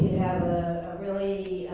have a really